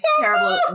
terrible